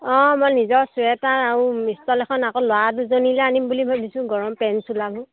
অঁ মই নিজৰ চুৱেটাৰ আৰু ইষ্টল এখন আকৌ ল'ৰা দুজনিলে আনিম বুলি ভাবিছোঁ গৰম পেণ্ট চোলাবোৰ